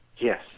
Yes